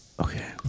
Okay